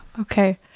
okay